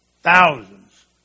thousands